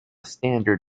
standard